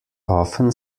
often